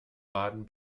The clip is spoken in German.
baden